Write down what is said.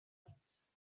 pwynt